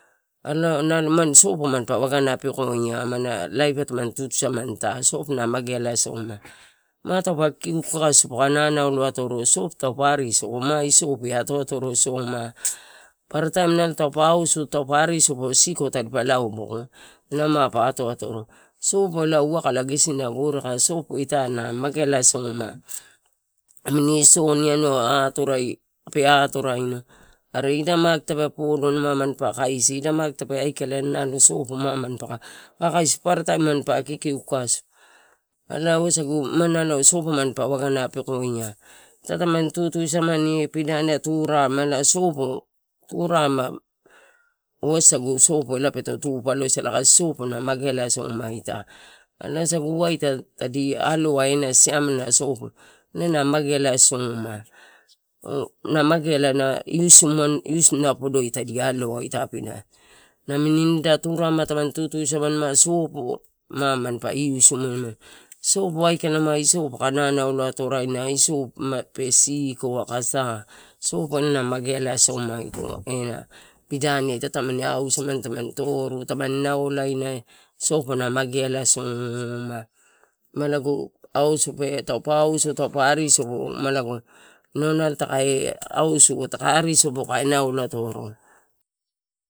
Elae nimani naio sopo naio pani wagana pekoia amana laip ai ita tamani samani, ma taupa kikiu kakasuma pa nanaulo atoro, sopo taupa akisopo ma isoupe atoatoc o sanaa, paparataim taupa auso, taupa arisopo siko tadipa laoboko elae mapa atoatoro. Sopo elae wakala gesina gore aika, sopo ita na mageala soma namini ison anua pe atorai, pe atoraino are ma ida maki tape podo ma manpa kasi, paparataim manpa kikiu kakasu elae wasagu nimani sopo nalo manpa kikiu kakasu elae wasagu nimani sopo nalo manpa waga pekoia. Ita taman tutusamani io pidamai tura rema elae sopo turarema wasagu peto tupaloisala kasi sopo na mageala soma ita. Alo lai wasagu waita, sopo tadi aloa ena siamela na sopo elae na mageala soma na mageala na iusi na podoi tadi aloa. Namini nida turarema tama tutusamini ma sopo manpa iusima emani, sopo tape aikala ma isou pa nanaulo atoro raina, isou mape siko, aka sa, sopo elae na magealasoma ito ta pidaniai ita tamani ahuu samani, tamani toru, tamani naolaina, sopo taupa arisopo. Ma lagp inau nalo takae auso taka arisopo kae naulo atoro.